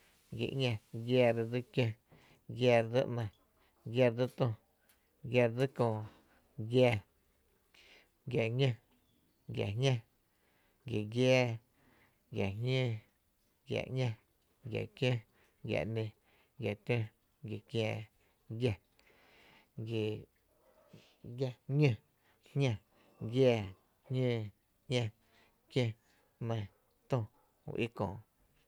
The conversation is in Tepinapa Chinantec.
giⱥⱥ re dsi kió, giⱥⱥ re dsi ‘ny, giⱥⱥ re dsi tü, giⱥⱥ re dsi köö, giⱥⱥ, giⱥ ñó, giⱥ jñá, giⱥ giⱥá, giⱥ jñóó, giⱥ ‘ña, giⱥ kió, giⱥ ‘nï, giⱥ tö, giⱥⱥ kiää, giⱥ, ñó, jñá, giⱥⱥ, jñóó, ‘ñá, kió, ‘nÿ, tü, köö.